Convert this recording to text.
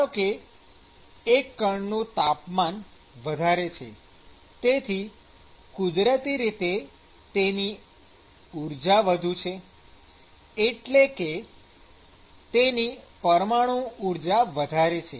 ધારો કે એક કણનું તાપમાન વધારે છે તેથી કુદરતી રીતે તેની ઊર્જા વધુ છે એટલે કે તેની પરમાણુ ઊર્જા વધારે છે